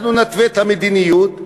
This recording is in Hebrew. אנחנו נתווה את המדיניות,